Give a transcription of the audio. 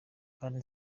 kandi